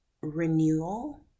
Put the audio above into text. renewal